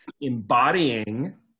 embodying